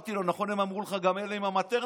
אמרתי לו: נכון הם אמרו לך גם אלה עם המטרנות?